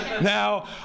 Now